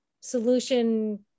solution